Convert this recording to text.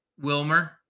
wilmer